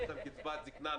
בעצם קצבת זקנה,